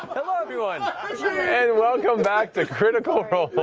hello, everyone, and welcome back to critical role.